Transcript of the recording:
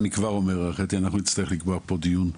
אנחנו נצטרך לקבוע פה דיון,